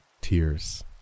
tears